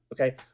Okay